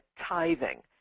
tithing